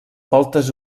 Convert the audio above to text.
voltes